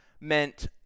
meant